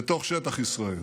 לתוך שטח ישראל.